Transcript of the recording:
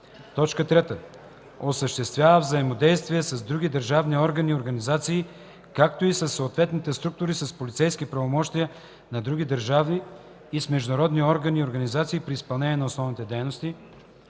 дейности; 3. осъществява взаимодействие с други държавни органи и организации, както и със съответните структури с полицейски правомощия на други държави и с международни органи и организации при изпълнение на основните дейности;